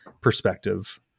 perspective